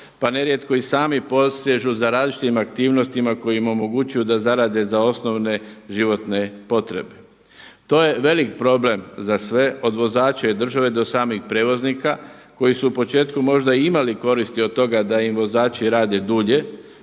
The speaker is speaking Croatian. pa nerijetko i sami posežu za različitim aktivnostima koji im omogućuju da zarade za osnovne životne potrebe. To je velik problem za sve od vozača i države do samih prijevoznika koji su u početku možda i imali koristi od toga da im vozači rade dulje